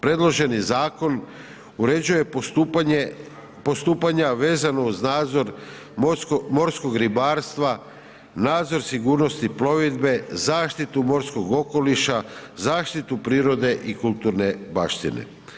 Predloženi zakon uređuje postupanja vezano uz nadzor morskog ribarstva, nadzor sigurnosti plovidbe, zaštitu morskog okoliša, zaštitu prirode i kulturne baštine.